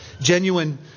genuine